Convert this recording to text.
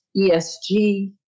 ESG